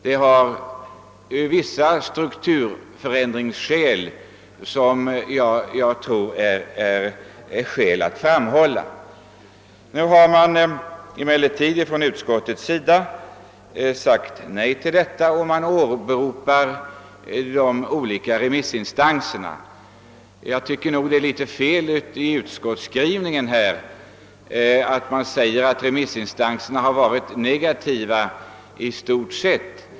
Det föreligger också vissa strukturförändringsskäl som det finns anledning att framhålla. Utskottet har avstyrkt motionerna och åberopat de olika remissinstanserna. Det är felaktigt att i utskottsskrivningen säga att remissinstanserna i stort sett varit negativa.